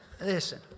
listen